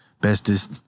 bestest